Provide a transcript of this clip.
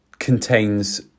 contains